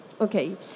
Okay